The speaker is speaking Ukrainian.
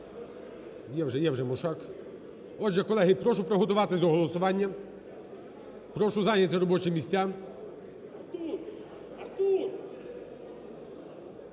є вже Мушак. Отже, колеги, прошу приготуватися до голосування. Прошу зайняти робочі місця.